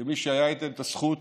כמי שהייתה לו הזכות